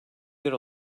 yer